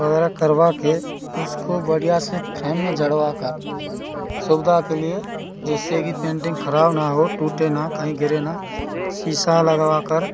वगैरा करवा के उसको बढ़िया से फ्रेम में जड़वाकर सुविधा के लिए जिससे कि पेंटिंग खराब ना हो टूटे ना कहीं गिरे ना सीसा लगवाकर